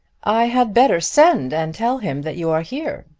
i had better send and tell him that you are here,